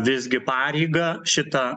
visgi pareigą šitą